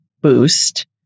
boost